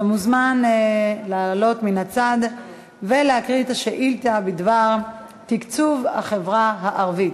אתה מוזמן לעלות מן הצד ולהקריא את השאילתה בדבר תקצוב החברה הערבית.